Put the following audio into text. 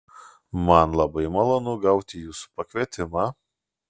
man labai malonu gauti jūsų pakvietimą